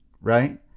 right